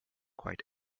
quite